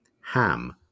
ham